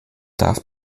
darf